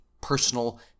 personal